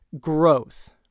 growth